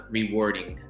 rewarding